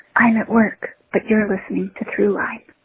i'm at work, but you're listening to throughline